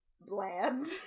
bland